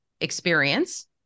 experience